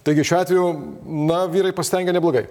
taigi šiuo atveju na vyrai pasistengė neblogai